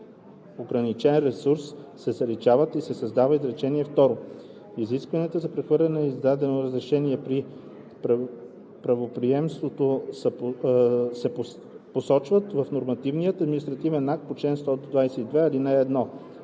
ограничен ресурс –“ се заличават и се създава изречение второ: „Изискванията за прехвърляне на издадено разрешение при правоприемство се посочват в нормативния административен акт по чл. 122, ал. 1.“